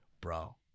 bro